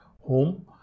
home